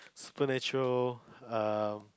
supernatural err